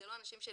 זה לא אנשים של